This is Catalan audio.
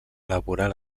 elaborar